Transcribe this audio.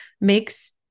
makes